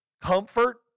Comfort